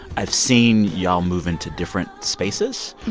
i've seen y'all move into different spaces.